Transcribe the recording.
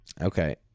okay